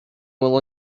will